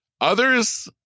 Others